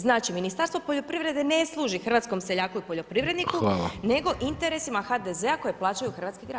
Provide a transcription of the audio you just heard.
Znači Ministarstvo poljoprivrede ne služi hrvatskom seljaku i poljoprivredniku nego interesima HDZ-a koji plaćaju hrvatski građani.